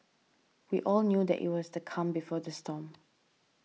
we all knew that it was the calm before the storm